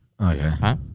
okay